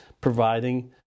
providing